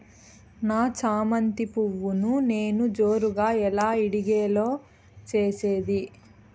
నా చామంతి పువ్వును నేను జోరుగా ఎలా ఇడిగే లో చేసేది?